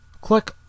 click